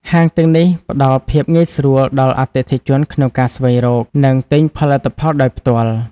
ហាងទាំងនេះផ្តល់ភាពងាយស្រួលដល់អតិថិជនក្នុងការស្វែងរក និងទិញផលិតផលដោយផ្ទាល់។